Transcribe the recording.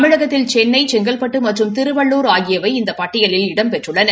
தமிழகத்தில் சென்னை செங்கல்டட்டு மற்றும் திருவள்ளுர் ஆகியவை இந்த பட்டியலில் இடம்பெற்றுள்ளன